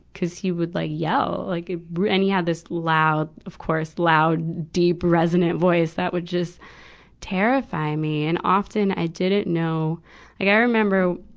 he would like yell. like it, and he had this loud, of course, loud, deep resonant voice that would just terrify me. and often, i didn't know like i remember,